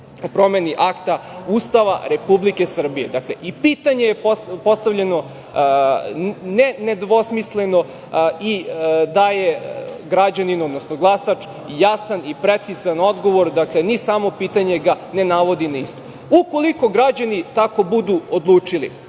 promeni Akta Ustava Republike Srbije? Dakle, i pitanje je postavljeno ne nedvosmisleno i daje građaninu, odnosno glasaču, jasan i precizan odgovor, dakle, ni samo pitanje ga ne navodi. Ukoliko građani tako budu odlučili,